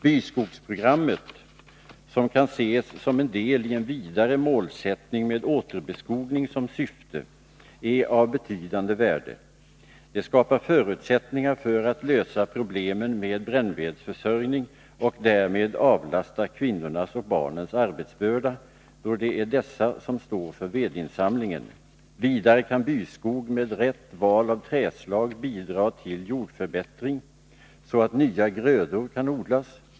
Byskogsprogrammet, som kan ses som en del i en vidare målsättning med återbeskogning som syfte, är av betydande värde. Det skapar förutsättningar för att lösa problemet med brännvedsförsörjningen och därmed möjligheterna att avlasta kvinnorna och barnen deras arbetsbörda, då det är dessa som står för vedinsamlingen. Vidare kan byskog med rätt val av trädslag bidra till jordförbättring, så att nya grödor kan odlas.